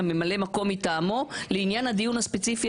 אלא ממלא מקום מטעמו לעניין הדיון הספציפי